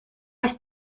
ist